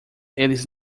eles